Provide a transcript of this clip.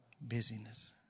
Busyness